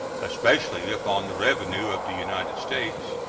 especially upon the revenue of the united states,